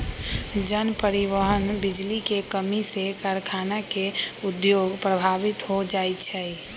जन, परिवहन, बिजली के कम्मी से कारखाना के उद्योग प्रभावित हो जाइ छै